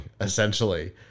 essentially